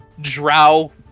drow